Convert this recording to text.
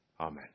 Amen